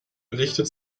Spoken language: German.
richtet